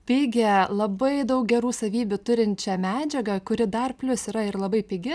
pigią labai daug gerų savybių turinčią medžiagą kuri dar plius yra ir labai pigi